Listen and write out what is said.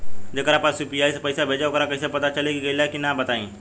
जेकरा पास यू.पी.आई से पईसा भेजब वोकरा कईसे पता चली कि गइल की ना बताई?